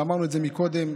ואמרנו את זה קודם,